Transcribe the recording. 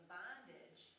bondage